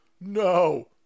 no